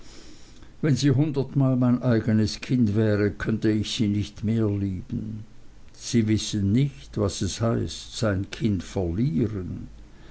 wenn sie hundertmal mein eignes kind wäre könnte ich sie nicht mehr lieben sie wissen nicht was es heißt sein kind verlieren